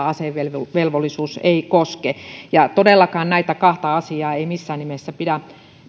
asevelvollisuus ei koske ja todellakaan näitä kahta asiaa ei missään nimessä pidä